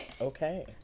okay